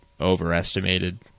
overestimated